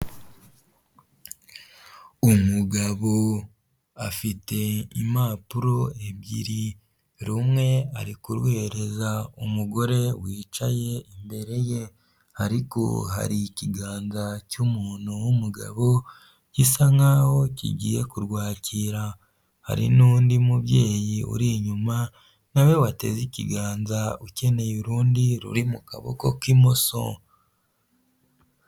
Umugabo afite impapuro ebyiri rumwe ari kuruhereza umugore wicaye imbere ye, ariko hari ikiganza cy'umuntu w'umugabo gisa nk'aho kigiye kurwakira, hari n'undi mubyeyi uri inyuma nawe wateze ikiganza ukeneye urundi ruri mu kaboko k'imoso.